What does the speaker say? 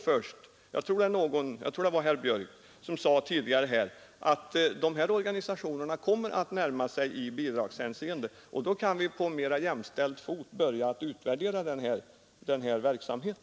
Herr Björk i Gävle sade tidigare att dessa organisationer i bidragshänseende kommer att närma sig varandra. Då kan vi på mera jämställd fot börja utvärdera denna verksamhet.